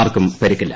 ആർക്കും പരിക്കില്ല